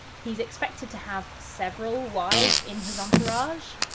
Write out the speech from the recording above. he's expected to have several wives in his entourage.